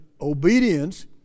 obedience